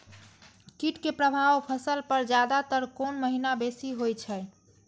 कीट के प्रभाव फसल पर ज्यादा तर कोन महीना बेसी होई छै?